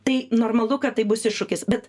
tai normalu kad tai bus iššūkis bet